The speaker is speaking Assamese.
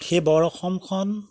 সেই বৰ অসমখন